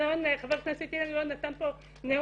חבר הכנסת אילן גילאון נתן פה נאום